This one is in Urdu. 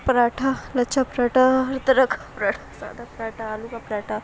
پراٹھا لچھا پراٹھا ہر طرح کا پراٹھا سادہ پراٹھا آلو کا پراٹھا